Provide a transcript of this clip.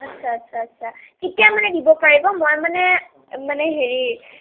আছছা আছছা আছছা কেতিয়া মানে দিব পাৰিব মই মানে মানে হেৰি